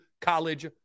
college